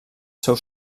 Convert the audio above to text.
seu